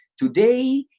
today,